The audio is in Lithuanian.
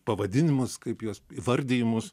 pavadinimus kaip juos įvardijimus